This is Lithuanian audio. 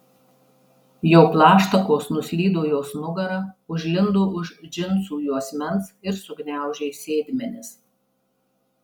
jo plaštakos nuslydo jos nugara užlindo už džinsų juosmens ir sugniaužė sėdmenis